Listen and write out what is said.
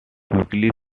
quickly